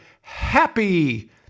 happy